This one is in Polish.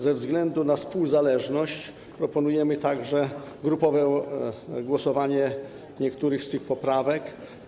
Ze względu na współzależność proponujemy także grupowe głosowanie w przypadku niektórych z tych poprawek.